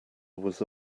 was